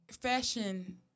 fashion